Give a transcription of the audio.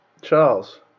Charles